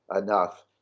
enough